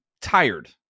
tired